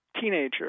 teenager